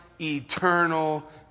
eternal